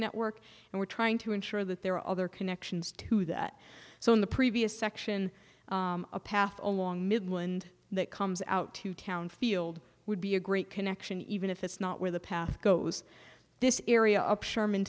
network and we're trying to ensure that there are other connections to that so in the previous section a path along midland that comes out to town field would be a great connection even if it's not where the path goes this area up sherman